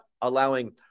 allowing